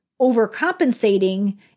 overcompensating